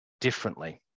differently